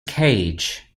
cage